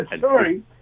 Sorry